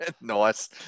Nice